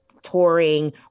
touring